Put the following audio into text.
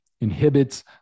inhibits